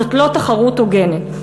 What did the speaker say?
זאת לא תחרות הוגנת,